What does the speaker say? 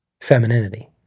femininity